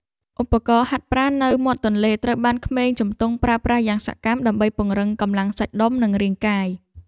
ឧបករណ៍ហាត់ប្រាណនៅមាត់ទន្លេត្រូវបានក្មេងជំទង់ប្រើប្រាស់យ៉ាងសកម្មដើម្បីពង្រឹងកម្លាំងសាច់ដុំនិងរាងកាយ។